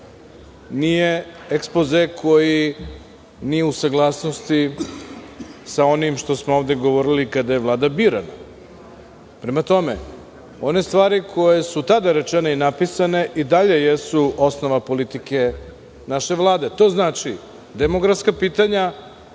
nije ekspoze koji nije u saglasnosti sa onim što smo ovde govorili kada je Vlada birana. Prema tome, one stvari koje su tada rečene i napisane, i dalje jesu osnova politike naše Vlade. To znači, demografska pitanja